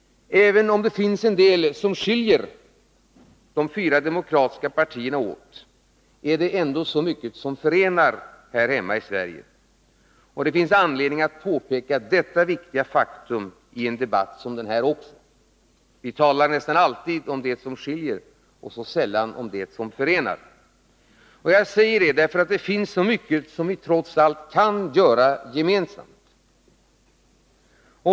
Även om det finns en del som skiljer de fyra demokratiska partierna åt, är det ändå så mycket mer som förenar oss här hemma i Sverige. Det finns anledning att påpeka detta viktiga faktum i en debatt som denna. Vi talar nästan alltid om det som skiljer och sällan om det som förenar. Jag säger detta därför att det trots allt finns mycket som vi kan göra gemensamt.